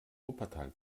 wuppertal